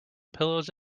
pillows